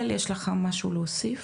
בישראל, יש לך משהו להוסיף?